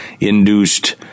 induced